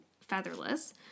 featherless